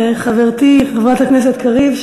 חברתי חברת הכנסת קריב,